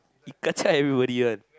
you kacau everybody [one]